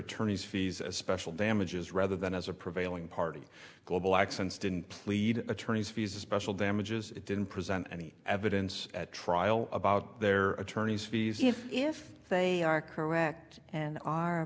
attorney's fees a special damages rather than as a prevailing party global accents didn't plead attorneys fees or special damages it didn't present any evidence at trial about their attorneys fees if they are correct and